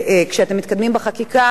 וכשאתם מתקדמים בחקיקה